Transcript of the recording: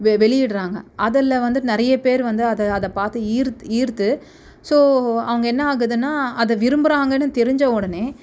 வெ வெளியிடுறாங்க அதில் வந்துட்டு நிறைய பேர் வந்து அதை அதை பார்த்து ஈர்த் ஈர்த்து ஸோ அங்கே என்ன ஆகுதுன்னால் அதை விரும்புகிறாங்கன்னு தெரிஞ்ச உடனே